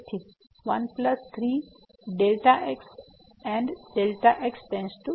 તેથી 1 3 Δ x and Δ x → 0